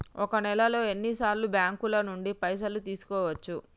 ఒక నెలలో ఎన్ని సార్లు బ్యాంకుల నుండి పైసలు తీసుకోవచ్చు?